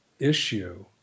issue